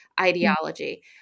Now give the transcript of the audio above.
ideology